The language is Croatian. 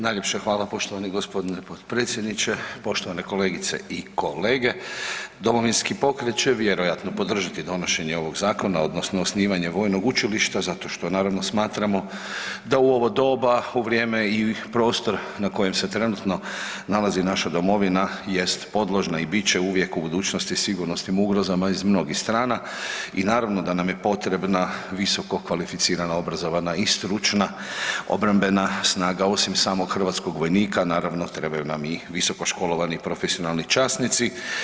Najljepša hvala poštovani gospodine potpredsjedniče, poštovane kolegice i kolege Domovinski pokret će vjerojatno podržati donošenje ovog zakona odnosno osnivanje vojnog učilišta zato što naravno smatramo da u ovo doba, u vrijeme i prostor na kojem se trenutno nalazi naša domovina jest podložna i bit će uvijek u budućnosti sigurnosnim ugrozama iz mnogih strana i naravno da nam je potrebna da nam je potrebna visokokvalificirana, obrazovana i stručna obrambena snaga osim samog hrvatskog vojnika, naravno trebaju nam i visokoškolovani profesionalni časnici.